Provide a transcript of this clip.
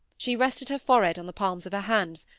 she rested her forehead on the palms of her hands,